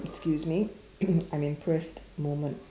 excuse me I'm impressed moment